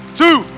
two